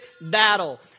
battle